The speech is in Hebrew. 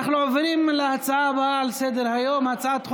אנחנו עוברים להצעה הבאה על סדר-היום, הצעת חוק,